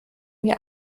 mir